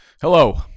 Hello